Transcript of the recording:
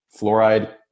fluoride